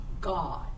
God